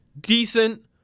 Decent